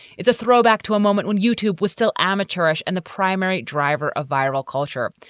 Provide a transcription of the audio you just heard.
it's a throwback to a moment when youtube was still amateurish and the primary driver of viral culture,